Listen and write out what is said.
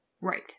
right